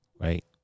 right